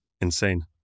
insane